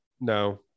No